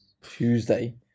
Tuesday